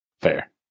Fair